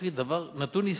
תזכיר לי.